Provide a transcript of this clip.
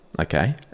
okay